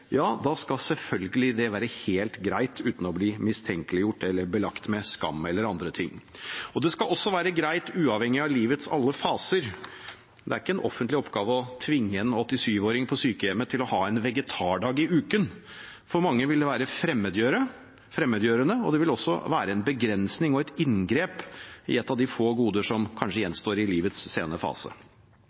ja, da skal det selvfølgelig være helt greit, uten å bli mistenkeliggjort eller belagt med skam. Det skal også være greit uavhengig av alle livets faser. Det er ikke en offentlig oppgave å tvinge en 87-åring på sykehjemmet til å ha en vegetardag i uken. For mange vil det være fremmedgjørende, og det vil også være et inngrep i og en begrensning av ett av få goder som kanskje gjenstår i livets sene fase.